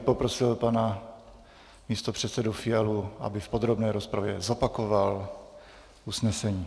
Poprosil bych pana místopředsedu Fialu, aby v podrobné rozpravě zopakoval usnesení.